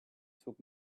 took